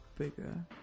Bigger